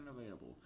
available